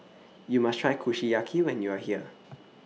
YOU must Try Kushiyaki when YOU Are here